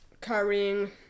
carrying